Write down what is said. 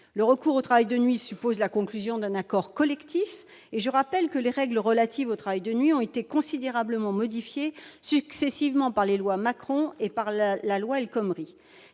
Le recours au travail de nuit suppose la conclusion d'un accord collectif, et je rappelle que les règles qui l'encadrent ont été considérablement modifiées, successivement par la loi Macron et par la loi El Khomri.